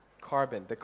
carbon